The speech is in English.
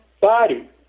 body